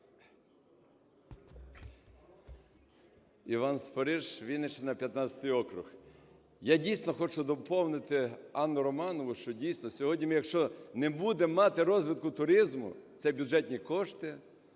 Іван Спориш, Вінниччина, 15 округ. Я дійсно хочу доповнити Анну Романову, що дійсно, сьогодні ми, якщо не будемо мати розвитку туризму, це бюджетні кошти.